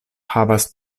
havas